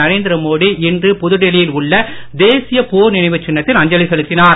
நரேந்திர மோடி இன்று புதுடெல்லியில் உள்ள தேசிய போர் நினைவுச் சின்னத்தில் அஞ்சலி செலுத்தினார்